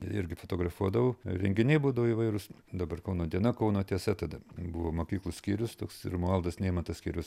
irgi fotografuodavau renginiai būdavo įvairūs dabar kauno diena kauno tiesa tada buvo mokyklų skyrius toks romualdas neimantas skyriaus